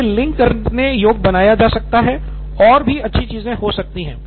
इसे लिंक करने योग्य बनाया जा सकता है और भी अच्छी चीजें हो सकती हैं